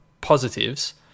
positives